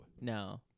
no